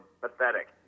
pathetic